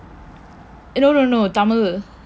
no no tamil